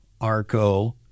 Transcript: Arco